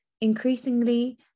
Increasingly